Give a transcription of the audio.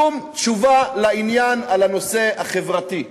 שום תשובה לעניין על הנושא החברתי,